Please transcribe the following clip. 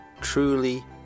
truly